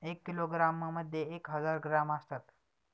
एक किलोग्रॅममध्ये एक हजार ग्रॅम असतात